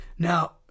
Now